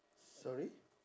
sorry